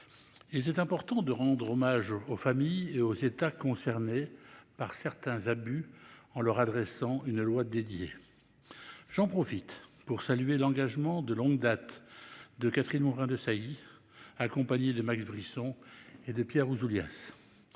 Il était important de rendre hommage aux familles et aux États concernés par certains abus en leur consacrant une loi. J'en profite pour saluer l'engagement de longue date de Catherine Morin-Desailly, accompagnée de Max Brisson et de Pierre Ouzoulias.